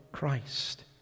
Christ